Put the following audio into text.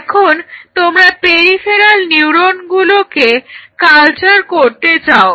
এখন তোমরা পেরিফেরাল নিউরনগুলোকে কালচার করতে চাও